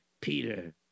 Peter